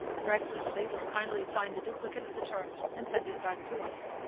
your excellency will kindly sign the duplicate of the terms and send it back to us.